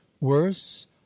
worse